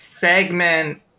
segment